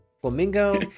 Flamingo